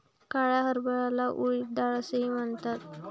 काळ्या हरभऱ्याला उडीद डाळ असेही म्हणतात